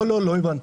לא, לא הבנת.